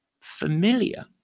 familiar